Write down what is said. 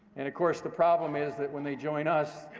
and of course, the problem is that, when they join us,